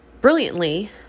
brilliantly